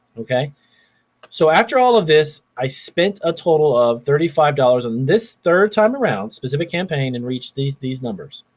so after all of this, i spent a total of thirty five dollars on this third time around, specific campaign and reached these these numbers.